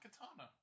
Katana